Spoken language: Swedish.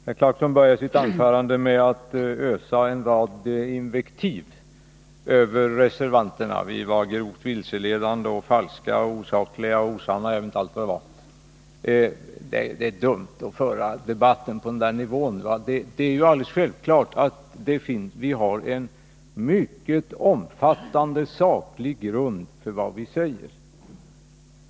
Herr talman! Herr Clarkson började sitt anförande med att ösa en rad invektiv över reservanterna. Vi var grovt vilseledande, falska, osakliga, osanna och jag vet inte allt vad vi var. Det är dumt att föra debatten på den nivån. Det är helt självklart att vi har en mycket omfattande saklig grund för vad vi säger.